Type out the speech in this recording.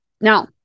Now